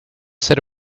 said